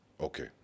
Okay